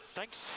Thanks